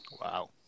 Wow